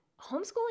homeschooling